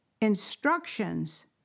instructions